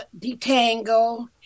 detangle